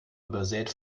übersät